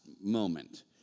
moment